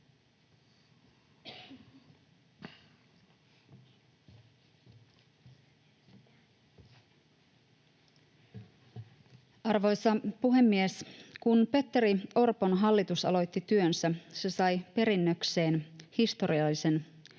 Arvoisa puhemies! Kun Petteri Orpon hallitus aloitti työnsä, se sai perinnökseen historiallisen kovan